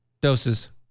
doses